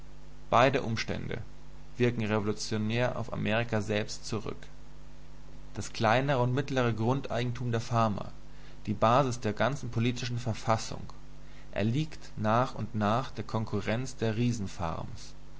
beide umstände wirken revolutionär auf amerika selbst zurück das kleinere und mittlere grundeigentum der farmers die basis der ganzen politischen verfassung erliegt nach und nach der konkurrenz der